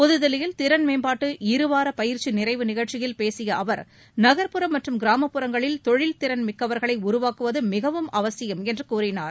புதுதில்லியில் திறன் மேம்பாட்டு இருவார பயிற்சி நிறைவு நிகழ்ச்சியில் பேசிய அவர் நகர்ப்புறம் மற்றும் கிராமப்புறங்களில் தொழில் திறன்மிக்கவர்களை உருவாக்குவது மிகவும் அவசியம் என்று கூறினார்